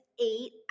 eight